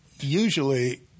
usually